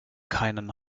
keinen